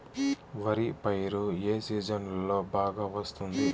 వరి పైరు ఏ సీజన్లలో బాగా వస్తుంది